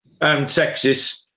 Texas